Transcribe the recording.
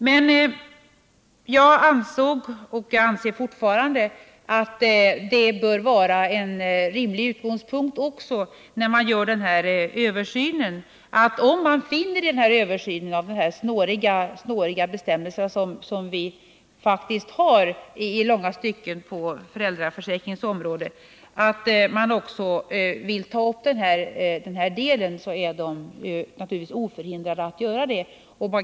Men jag ansåg och anser fortfarande att det bör vara en rimlig utgångspunkt att om man vid översynen av denna snåriga bestämmelse — som den faktiskt är i långa stycken — på föräldraförsäkringens område, finner att man också vill ta upp denna del skall man naturligtvis vara oförhindrad att göra det.